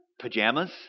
Pajamas